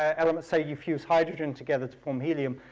elements, say you fuse hydrogen together to form helium,